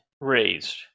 raised